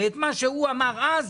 הרי את מה שהוא אמר אז,